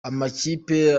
amakipe